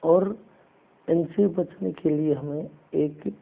और इनसे बचने के लिए हमें एक